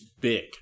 big